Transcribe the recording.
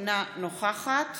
אינה נוכחת